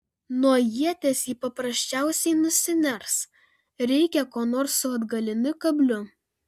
nuo ieties ji paprasčiausiai nusiners reikia ko nors su atgaliniu kabliu